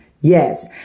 Yes